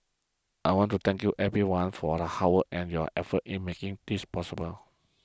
I want to thank you everyone for the hard work and your effort in making this possible